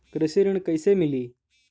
कृषि ऋण कैसे मिली?